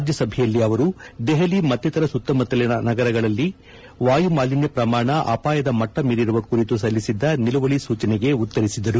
ರಾಜ್ಯಸಭೆಯಲ್ಲಿ ಅವರು ದೆಹಲಿ ಮತ್ತಿತರ ಸುತ್ತಮುತ್ತಲಿನ ನಗರಗಳಲ್ಲಿ ವಾಯು ಮಾಲಿನ್ಯ ಪ್ರಮಾಣ ಅಪಾಯದ ಮಟ್ಟ ಮೀರಿರುವ ಕುರಿತು ಸಲ್ಲಿಸಿದ್ದ ನಿಲುವಳಿ ಸೂಚನೆಗೆ ಉತ್ತರಿಸಿದರು